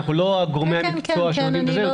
אנחנו לא גורמי המקצוע שעובדים בזה.